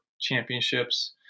championships